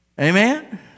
Amen